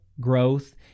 growth